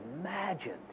imagined